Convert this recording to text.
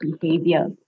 behavior